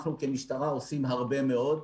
אנחנו כמשטרה עושים הרבה מאוד.